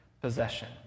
possession